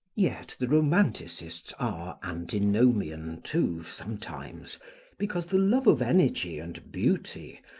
yet the romanticists are antinomian, too, sometimes, because the love of energy and beauty,